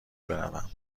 بروم